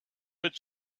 but